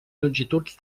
longituds